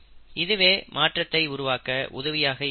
இதுவே மாற்றத்தை உருவாக்க உதவியாக இருக்கிறது